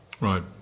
Right